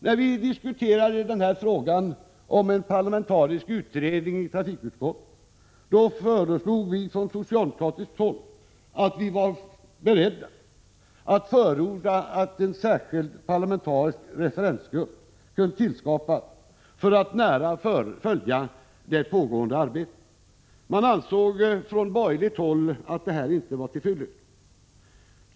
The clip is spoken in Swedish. När vi diskuterade frågan om en parlamentarisk utredning i trafikutskottet anförde vi från socialdemokratiskt håll att vi var beredda att förorda att en särskild parlamentarisk referensgrupp skulle tillskapas för att nära följa det pågående arbetet. Från borgerligt håll ansåg man inte att detta var till fyllest.